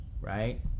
right